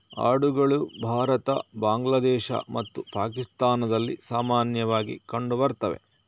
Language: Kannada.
ಆಡುಗಳು ಭಾರತ, ಬಾಂಗ್ಲಾದೇಶ ಮತ್ತು ಪಾಕಿಸ್ತಾನದಲ್ಲಿ ಸಾಮಾನ್ಯವಾಗಿ ಕಂಡು ಬರ್ತವೆ